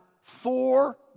four